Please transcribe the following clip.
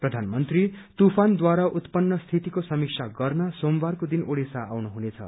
प्रधानमन्त्रीले तूफानद्वारा उत्पन्न स्थितिको समीक्षा गर्न सोमवारको दिन ओड़िसा आउनु हुनेछ